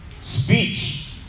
Speech